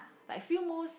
I feel most